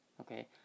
Okay